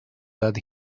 that